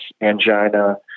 angina